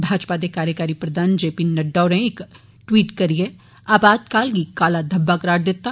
भाजपा दे कार्यकारी प्रधान जे पी नड्डा होरें इक ट्वीट करियै आपातकाल गी काला धब्बा करार दित्ता